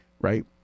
right